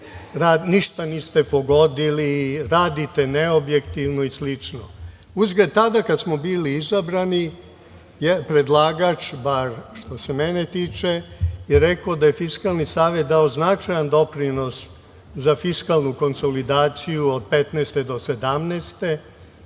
ništa niste pogodili, radite neobjektivno i slično. Uzgred, tada kada smo bili izabrani, predlagač, bar što se mene tiče, je rekao da je Fiskalni savet dao značajan doprinos za fiskalnu konsolidaciju od petnaeste